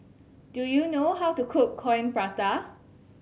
do you know how to cook Coin Prata